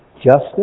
justice